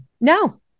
No